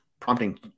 prompting